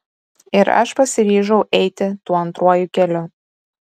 ir aš pasiryžau eiti tuo antruoju keliu